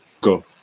go